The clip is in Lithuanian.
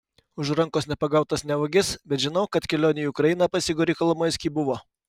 už rankos nepagautas ne vagis bet žinau kad kelionė į ukrainą pas igorį kolomoiskį buvo